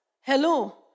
Hello